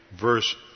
verse